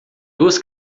duas